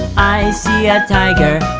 i see a tiger.